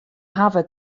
hawwe